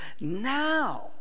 now